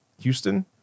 Houston